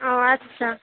ও আচ্ছা